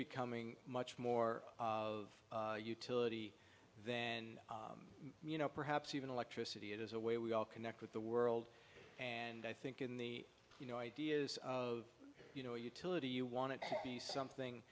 becoming much more of utility and you know perhaps even electricity it is a way we all connect with the world and i think in the you know ideas of you know utility you want it to be something